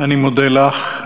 אני מודה לך.